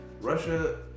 Russia